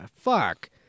Fuck